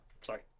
Sorry